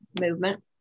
movement